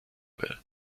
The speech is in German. will